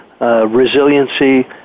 resiliency